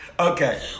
Okay